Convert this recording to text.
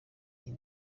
iyi